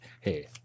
Hey